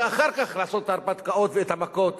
ואחר כך לעשות את ההרפתקאות ואת המכות.